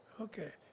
Okay